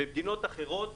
במדינות אחרות